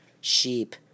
Sheep